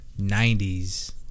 90s